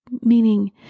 meaning